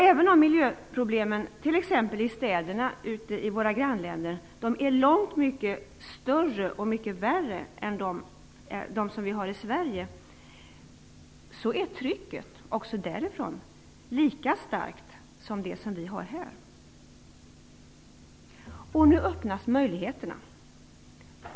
Även om miljöproblemen t.ex. i städerna i våra grannländer är långt mycket värre än de vi har i Sverige är trycket därifrån lika starkt som det som vi har här. Nu öppnas möjligheterna.